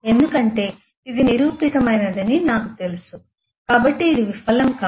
ఎందుకంటే ఇది నిరూపితమైనదని నాకు తెలుసు కాబట్టి ఇది విఫలం కాదు